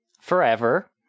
Forever